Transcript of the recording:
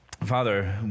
Father